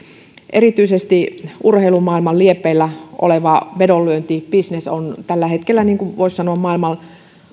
erityisesti urheilumaailman liepeillä oleva vedonlyöntibisnes on tällä hetkellä voisi sanoa maailman